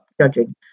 judging